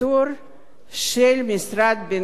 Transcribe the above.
של משרד הבינוי והשיכון